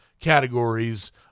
categories